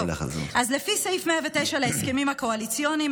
אז לפי סעיף 109 להסכמים הקואליציוניים,